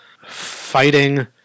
fighting